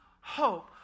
hope